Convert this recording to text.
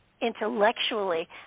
intellectually